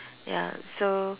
ya so